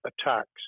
attacks